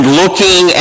looking